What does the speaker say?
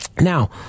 Now